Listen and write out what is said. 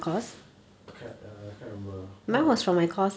can't err can't remember ah